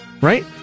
Right